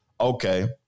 Okay